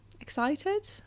excited